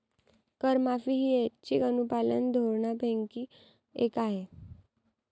करमाफी ही ऐच्छिक अनुपालन धोरणांपैकी एक आहे